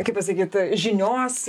kaip pasakyt žinios